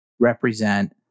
represent